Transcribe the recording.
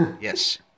Yes